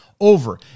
Over